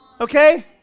Okay